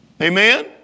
Amen